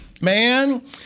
Man